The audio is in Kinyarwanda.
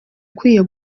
ukwiye